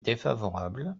défavorable